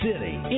City